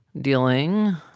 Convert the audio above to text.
dealing